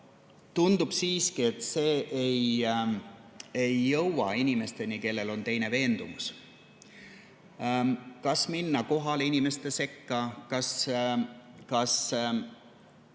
Tundub siiski, et see ei jõua inimesteni, kellel on teine veendumus. Kas minna kohale inimeste sekka, kas